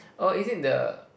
oh is it the